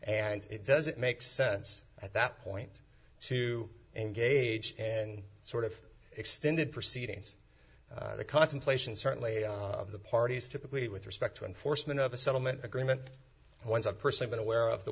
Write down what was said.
and it doesn't make sense at that point to engage and sort of extended proceedings the contemplation certainly of the parties typically with respect to enforcement of a settlement agreement and once i've personally been aware of the